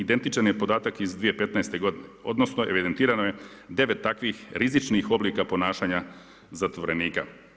Identičan je podatak iz 2015. godine, odnosno evidentirano je 9 takvih rizičnih oblika ponašanja zatvorenika.